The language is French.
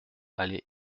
allée